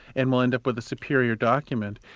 and we'll end up with a superior document.